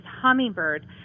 hummingbird